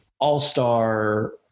all-star